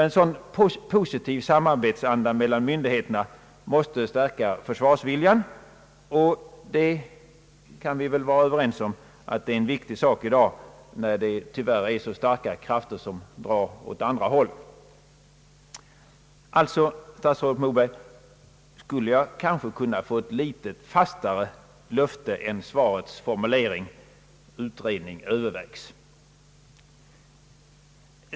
En sådan positiv samarbetsvilja mellan myndigheterna måste stärka försvarsviljan, och det kan vi väl vara överens om är en viktig sak i dag, när det tyvärr finns så starka krafter som drar åt andra hållet. Alltså, statsrådet Moberg: Skulle jag kunna få ett något fastare löfte än svarets formulering »utredning övervägs»?